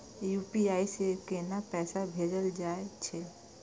UPI से केना पैसा भेजल जा छे?